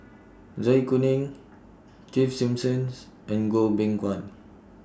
Zai Kuning Keith Simmons and Goh Beng Kwan